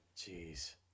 Jeez